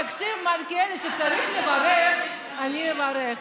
תקשיב, מלכיאלי, כשצריך לברך, אני מברכת.